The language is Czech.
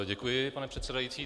Děkuji, pane předsedající.